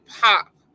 pop